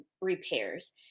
repairs